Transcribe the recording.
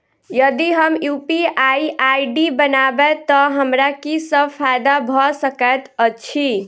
यदि हम UPI ID बनाबै तऽ हमरा की सब फायदा भऽ सकैत अछि?